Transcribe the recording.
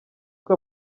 uko